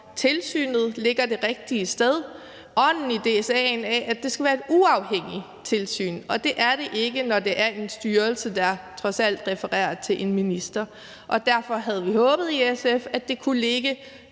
tilsynet ligger det rigtige sted. Ånden i DSA'en er, at det skal være et uafhængigt tilsyn, men det er det ikke, når det er en styrelse, der trods alt refererer til en minister. Derfor havde vi i SF håbet, at det kunne ligge